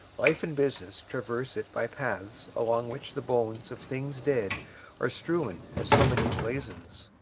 life and business traverse it by paths along which the bones of things dead are strewn as so many blazons.